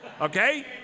okay